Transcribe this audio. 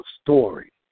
story